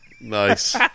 Nice